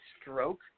stroke